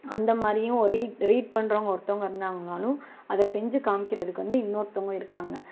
அந்தமாதிரியும் read read பண்ணுறவங்க ஒருத்தவங்க இருந்தாங்கனாலும் அதை செஞ்சு காமிக்கிறதுக்கு வந்து இன்னொருத்தவங்கள் இருக்காங்கள்